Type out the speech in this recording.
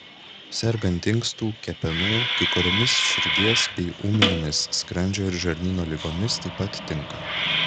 sergant inkstų kepenų kai kuriomis širdies bei ūminėmis skrandžio ir žarnyno ligomis taip pat tinka